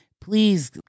please